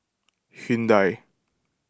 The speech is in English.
Hyundai